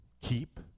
Keep